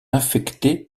infecté